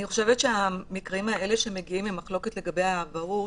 אני חושבת שהמקרים האלה שמגיעים עם מחלוקת לגבי האבהות,